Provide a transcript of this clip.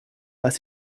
was